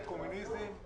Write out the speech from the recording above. מהקומוניזם,